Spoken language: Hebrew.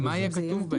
שמה יהיה כתוב בהם?